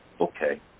Okay